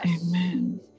Amen